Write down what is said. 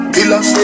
Pillars